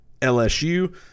LSU